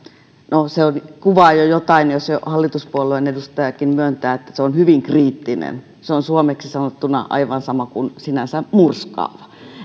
no se kuvaa jo jotain jos hallituspuolueen edustajakin myöntää että se on hyvin kriittinen se on suomeksi sanottuna aivan sama kuin sinänsä murskaava